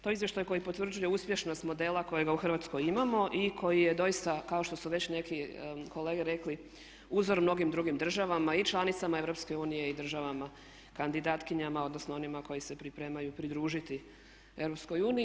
To je izvještaj koji potvrđuje uspješnost modela kojega u Hrvatskoj imamo i koji je doista kao što su već neki kolege rekli uzor mnogim drugim državama i članicama EU i državama kandidatkinjama odnosno onima koji se pripremaju pridružiti EU.